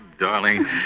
darling